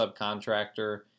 subcontractor